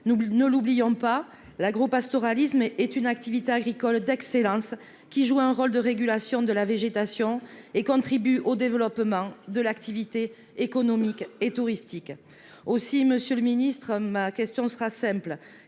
nous ne l'oublions pas l'agropastoralisme est une activité agricole d'excellence qui joue un rôle de régulation de la végétation et contribue au développement de l'activité économique et touristique aussi, Monsieur le ministre ma question sera simple